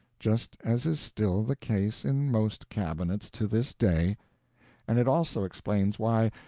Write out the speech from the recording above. just as is still the case in most cabinets to this day and it also explains why,